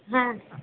হ্যাঁ